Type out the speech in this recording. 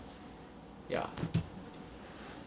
ya